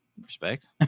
Respect